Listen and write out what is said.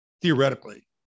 Theoretically